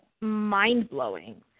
mind-blowing